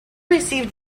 received